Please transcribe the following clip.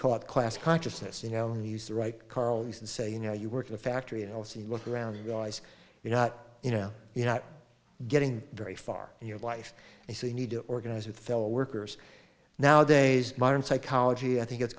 caught class consciousness you know and use the right carlos and say you know you work in a factory else you look around you realize you're not you know you're not getting very far in your life and so you need to organize with fellow workers nowadays modern psychology i think it's